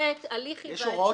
במסגרת הליך היוועצות --- יש הוראות